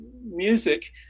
music